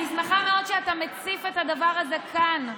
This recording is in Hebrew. אני שמחה מאוד שאתה מציף את הדבר הזה כאן,